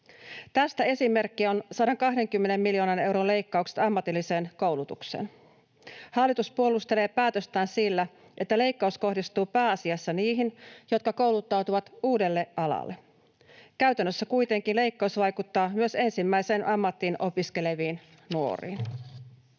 Tästä esimerkki on 120 miljoonan euron leikkaukset ammatilliseen koulutukseen. Hallitus puolustelee päätöstään sillä, että leikkaus kohdistuu pääasiassa niihin, jotka kouluttautuvat uudelle alalle. Käytännössä kuitenkin leikkaus vaikuttaa myös ensimmäiseen ammattiin opiskeleviin nuoriin.